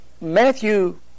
Matthew